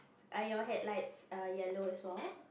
are your headlights err yellow as well